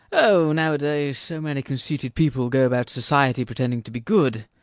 oh, nowadays so many conceited people go about society pretending to be good,